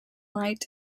light